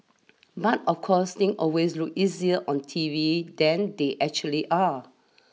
but of course thing always look easier on T V than they actually are